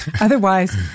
Otherwise